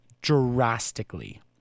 drastically